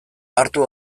hartu